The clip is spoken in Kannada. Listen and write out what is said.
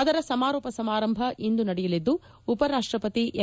ಅದರ ಸಮಾರೋಪ ಸಮಾರಂಭ ಇಂದು ನಡೆಯಲಿದ್ದು ಉಪರಾಷ್ಷಪತಿ ಎಂ